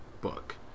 book